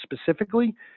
specifically